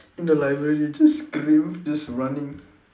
in the library just scream just running